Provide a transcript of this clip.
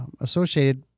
Associated